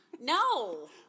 No